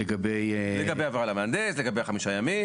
לגבי העברה למהנדס, לגבי חמישה ימים.